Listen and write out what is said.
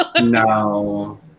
No